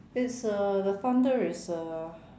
it's uh the thunder is uh